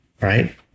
right